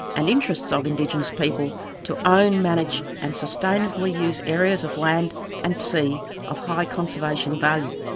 and interests of indigenous people to own, manage and sustainably use areas of land and sea of high conservation value.